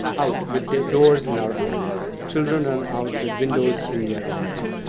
out with their doors in our arms. children run out with windows in their arms.